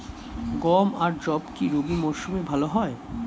গম আর যব কি রবি মরশুমে ভালো হয়?